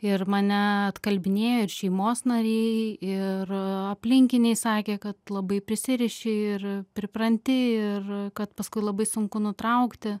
ir mane atkalbinėjo ir šeimos nariai ir aplinkiniai sakė kad labai prisiriši ir pripranti ir kad paskui labai sunku nutraukti